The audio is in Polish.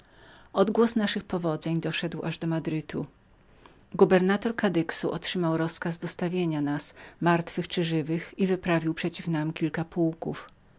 odgłos naszych powodzeń doszedł aż do madrytu wielkorządca kadyxu otrzymał rozkaz dostawienia nas martwych lub żywych i wyprawił przeciw nam kilka pułków